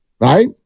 right